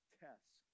tests